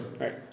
right